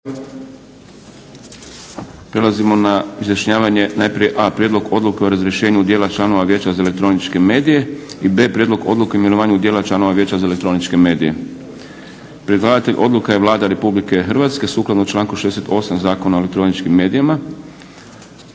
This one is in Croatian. Prelazimo na izjašnjavanje najprije, a) Prijedlog Odluke o razrješenju dijela članova Vijeća za elektroničke medije i b) Prijedlog Odluke o imenovanju dijela članova Vijeća za elektroničke medije. Predlagatelj odluka je Vlada Republike Hrvatske sukladno članku 68. Zakona o elektroničkim medijima.